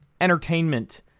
entertainment